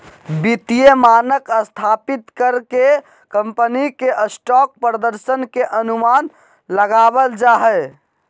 वित्तीय मानक स्थापित कर के कम्पनी के स्टॉक प्रदर्शन के अनुमान लगाबल जा हय